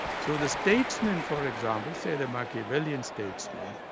so the statesman for example, say the machiavellian statesman,